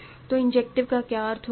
तो इंजेक्टिव का क्या अर्थ होता है